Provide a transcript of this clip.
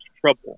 trouble